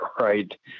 right